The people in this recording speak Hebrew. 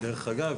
דרך אגב,